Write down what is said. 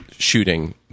Shooting